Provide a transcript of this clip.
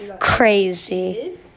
crazy